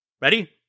Ready